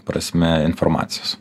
prasme informacijos